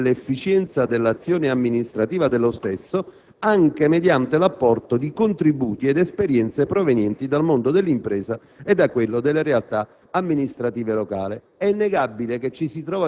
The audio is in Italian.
ha scelto di perseguire un miglioramento dell'efficienza dell'azione amministrativa dello stesso, anche mediante l'apporto di contributi ed esperienze provenienti dal mondo dell'impresa e da quello delle realtà